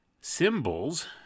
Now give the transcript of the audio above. symbols